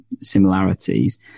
similarities